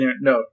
No